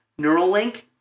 Neuralink